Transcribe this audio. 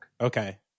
Okay